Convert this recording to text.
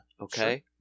Okay